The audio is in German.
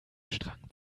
strang